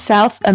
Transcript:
South